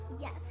yes